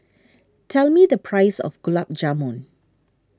tell me the price of Gulab Jamun